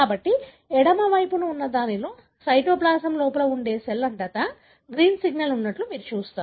కాబట్టి ఎడమ వైపున ఉన్న దీనిలో సైటోప్లాజమ్ లోపల ఉండే సెల్ అంతటా గ్రీన్ సిగ్నల్ ఉన్నట్లు మీరు చూస్తారు